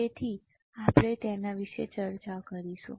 તેથી આપણે તેના વિશે ચર્ચા કરીશું